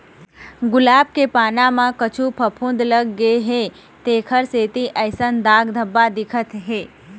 गुलाब के पाना म कुछु फफुंद लग गे हे तेखर सेती अइसन दाग धब्बा दिखत हे